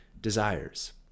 desires